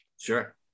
Sure